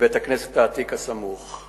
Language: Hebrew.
מבית-הכנסת העתיק הסמוך,